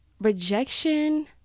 rejection